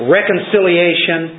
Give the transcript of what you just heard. reconciliation